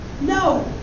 No